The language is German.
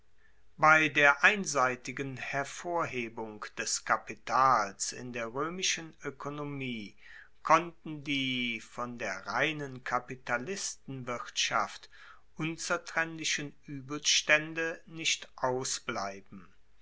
bei der einseitigen hervorhebung des kapitals in der roemischen oekonomie konnten die von der reinen kapitalistenwirtschaft unzertrennlichen uebelstaende nicht ausbleiben